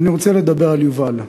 אני רוצה לדבר יובל.